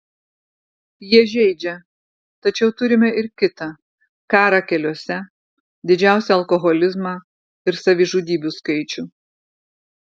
jie žeidžia tačiau turime ir kita karą keliuose didžiausią alkoholizmą ir savižudybių skaičių